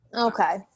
Okay